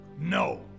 No